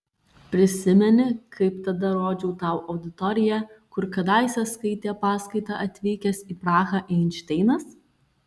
prisimeni kaip tada rodžiau tau auditoriją kur kadaise skaitė paskaitą atvykęs į prahą einšteinas